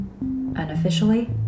Unofficially